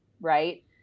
right